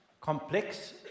complex